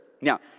Now